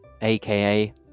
aka